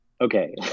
okay